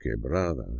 quebrada